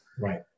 Right